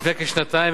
לפני כשנתיים,